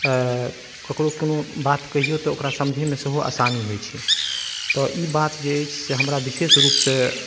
ककरो कोनो बात कहियौ तऽ ओकरा समझैमे सेहो आसानी होइ छै तऽ ई बात जे अछि से हमरा विशेष रूपसँ